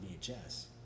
VHS